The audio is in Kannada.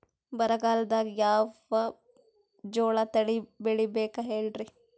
ಬರಗಾಲದಾಗ್ ಯಾವ ಜೋಳ ತಳಿ ಬೆಳಿಬೇಕ ಹೇಳ್ರಿ?